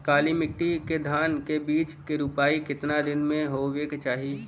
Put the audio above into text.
काली मिट्टी के धान के बिज के रूपाई कितना दिन मे होवे के चाही?